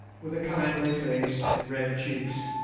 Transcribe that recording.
with a kindly face and red cheeks